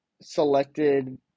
selected